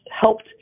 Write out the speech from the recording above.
helped